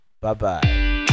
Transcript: bye-bye